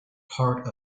part